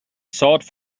thought